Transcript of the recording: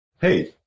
hey